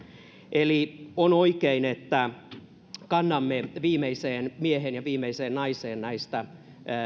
eli on oikein että kannamme hyvää huolta viimeiseen mieheen ja viimeiseen naiseen näistä